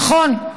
נכון,